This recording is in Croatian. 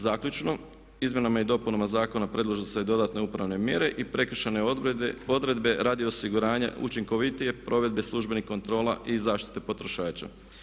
Zaključno, izmjenama i dopunama Zakona predlažu se i dodatne upravne mjere i prekršajne odredbe radi osiguranja učinkovitije provedbe službenih kontrola i zaštite potrošača.